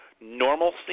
normalcy